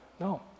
No